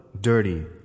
dirty